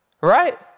Right